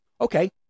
Okay